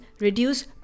reduce